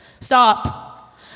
Stop